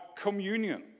communion